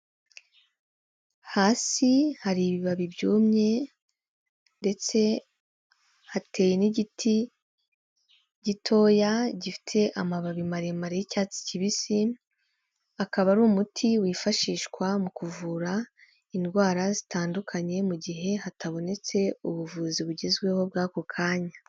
Hasi hari ibibabi byumye ndetse hateyewe n'igiti gitoya gifite amababi maremare y'icyatsi kibisi, akaba ari umuti wifashishwa mu kuvura indwara zitandukanye mu gihe hatabonetse ubuvuzi bugezweho bw'ako kanya.